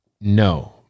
No